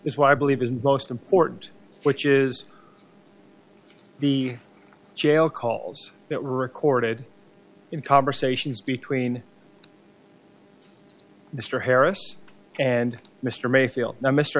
is why i believe is most important which is the jail calls that were recorded in conversations between mr harris and mr mayfield